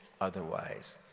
otherwise